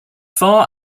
far